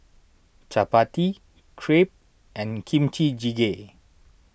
Chapati Crepe and Kimchi Jjigae